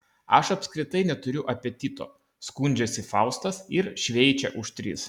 aš apskritai neturiu apetito skundžiasi faustas ir šveičia už tris